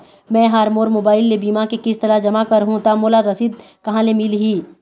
मैं हा मोर मोबाइल ले बीमा के किस्त ला जमा कर हु ता मोला रसीद कहां ले मिल ही?